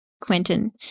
Quentin